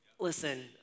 Listen